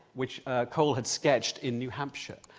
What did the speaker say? which cole had sketched in new hampshire.